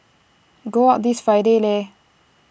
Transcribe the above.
go out this Friday Lei